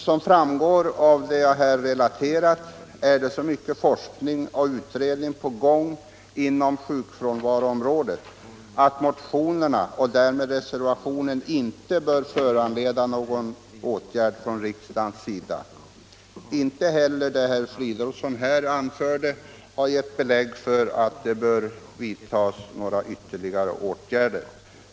Som framgår av det jag här relaterat är det så mycket forskning och utredning på gång inom sjukfrånvaroområdet att motionerna med reservationen inte bör föranleda någon åtgärd från riksdagens sida. Inte heller det som herr Fridolfsson här anförde har gett belägg för att det bör vidtagas några ytterligare åtgärder.